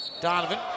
Donovan